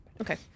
Okay